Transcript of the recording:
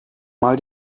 mal